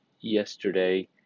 yesterday